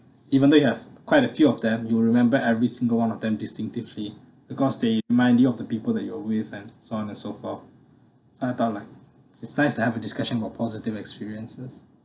even though you have quite a few of them you'll remember every single one of them distinctively because they remind you of the people that you're with and so on and so far so I thought like it's nice to have a discussion about positive experiences